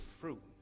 fruit